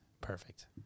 perfect